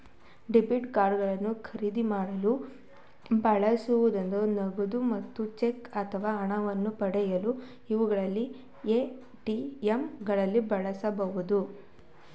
debit card ಗಳು ಖರೀದಿ ಮಾಡಲು ಬಳಸಬಹುದು ನಗದು ಅಥವಾ ಚೆಕ್ ಅಗತ್ಯ ಹಣವನ್ನು ಪಡೆಯಲು ಇವುಗಳನ್ನು ಎ.ಟಿ.ಎಂ ಗಳಲ್ಲಿ ಬಳಸಬಹುದು